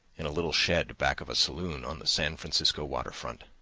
in a little shed back of a saloon on the san francisco water front.